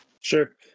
Sure